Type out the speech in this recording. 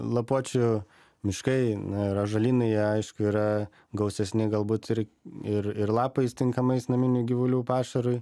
lapuočių miškai ir ąžuolynai jie aišku yra gausesni galbūt ir ir ir lapais tinkamais naminių gyvulių pašarui